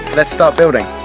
let's start building!